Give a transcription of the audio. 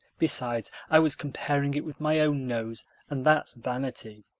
besides, i was comparing it with my own nose and that's vanity.